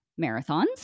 marathons